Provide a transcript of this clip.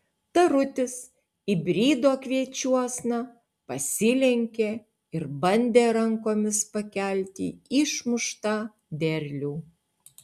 tarutis įbrido kviečiuosna pasilenkė ir bandė rankomis pakelti išmuštą derlių